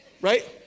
Right